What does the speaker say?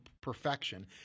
perfection